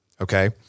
okay